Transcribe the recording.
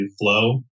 flow